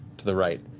to the right.